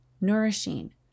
nourishing